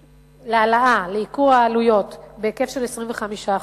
לייקור העלויות בהיקף של 25%,